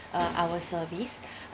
uh our service